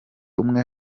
umwe